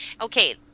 Okay